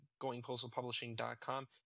goingpostalpublishing.com